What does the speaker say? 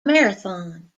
marathon